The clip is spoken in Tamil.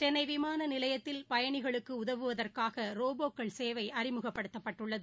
சென்னைவிமானநிலையத்தில் பயணிகளுக்குஉதவிடுவதற்காகரோபோக்கள் சேவைஅறிமுகப்படுத்தப்பட்டுள்ளது